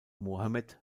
mohammed